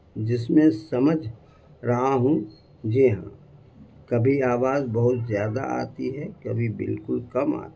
جس میں سمجھ رہا ہوں جی ہاں کبھی آواز بہت زیادہ آتی ہے کبھی بالکل کم آتی ہے